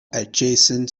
adjacent